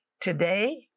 today